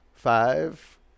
Five